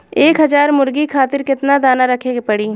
एक हज़ार मुर्गी खातिर केतना दाना रखे के पड़ी?